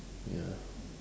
ya